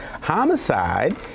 Homicide